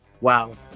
wow